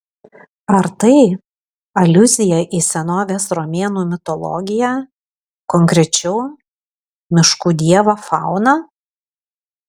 ar tai aliuzija į senovės romėnų mitologiją konkrečiau miškų dievą fauną